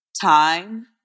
time